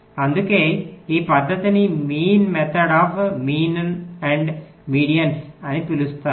అందుకే ఈ పద్ధతిని mean method of means and medians means medians అని పిలుస్తారు